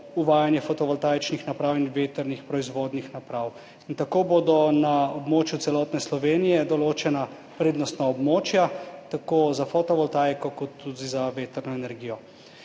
uvajanje fotovoltaičnih naprav in vetrnih proizvodnih naprav. Tako bodo na območju celotne Slovenije določena prednostna območja, tako za fotovoltaiko kot tudi za vetrno energijo.